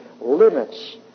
limits